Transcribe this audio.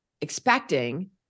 expecting